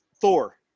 Thor